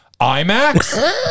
IMAX